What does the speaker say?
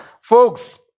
Folks